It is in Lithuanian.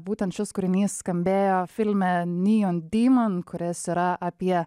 būtent šis kūrinys skambėjo filme kuris yra apie